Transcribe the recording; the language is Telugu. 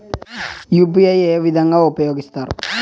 యు.పి.ఐ ఏ విధంగా ఉపయోగిస్తారు?